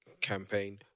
Campaign